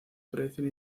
proyección